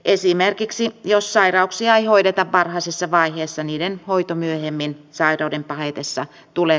esimerkiksi jos sairauksia ei hoideta varhaisessa vaiheessa niiden hoito myöhemmin sairauden pahetessa tulee